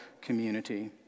community